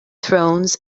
thrones